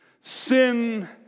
Sin